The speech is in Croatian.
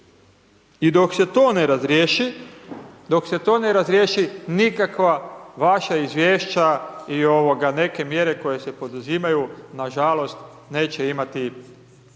dok se to ne razriješi, nikakva vaša izvješća i ovoga neke mjere koje se poduzimaju, nažalost neće imati